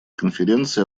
конференции